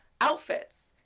outfits